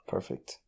Perfect